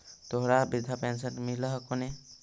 तोहरा वृद्धा पेंशन मिलहको ने?